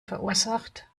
verursacht